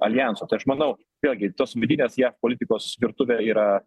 aljanso tai aš manau vėlgi tos vidinės jav politikos virtuvė yra